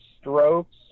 strokes